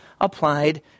applied